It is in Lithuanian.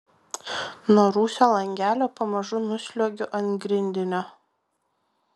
nuo rūsio langelio pamažu nusliuogiu ant grindinio